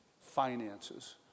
finances